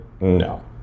No